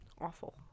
Awful